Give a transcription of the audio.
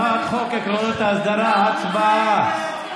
הצעת חוק עקרונות האסדרה, הצבעה.